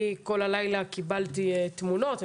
אני כל הלילה קיבלתי תמונות.